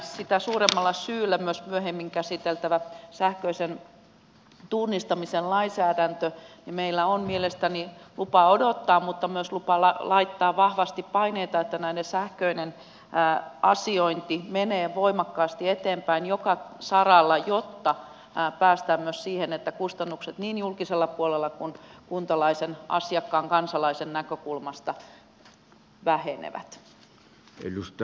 sitä suuremmalla syyllä kun myöhemmin käsitellään sähköisen tunnistamisen lainsäädäntöä meillä on mielestäni lupa odottaa mutta myös lupa laittaa vahvasti paineita että näiden sähköinen asiointi menee voimakkaasti eteenpäin joka saralla jotta päästään myös siihen että kustannukset niin julkisella puolella kuin kuntalaisen asiakkaan kansalaisen näkökulmasta vähenevät